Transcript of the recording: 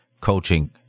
coaching